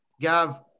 Gav